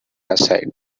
aside